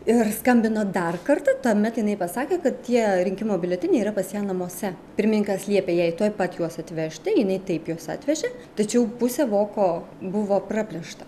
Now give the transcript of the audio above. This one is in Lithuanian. ir skambino dar kartą tuomet jinai pasakė kad tie rinkimų biuleteniai yra pas ją namuose pirmininkas liepė jai tuoj pat juos atvežti jinai taip juos atvežė tačiau pusė voko buvo praplėšta